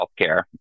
healthcare